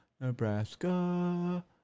Nebraska